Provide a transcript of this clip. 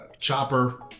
Chopper